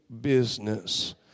business